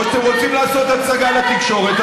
או שאתם רוצים לעשות הצגה לתקשורת?